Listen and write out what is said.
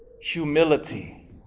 Humility